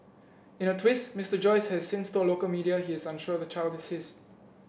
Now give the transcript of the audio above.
in a twist Mister Joyce has since told local media his unsure the child is his